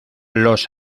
los